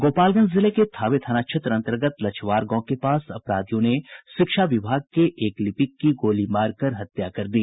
गोपालगंज जिले के थावे थाना क्षेत्र अंतर्गत लछवार गांव के पास अपराधियों ने शिक्षा विभाग के एक लिपिक की गोली मारकर हत्या कर दी